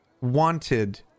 wanted